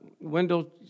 Wendell